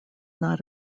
not